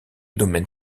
domaine